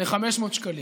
ל-500 שקלים.